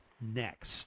next